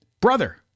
Brother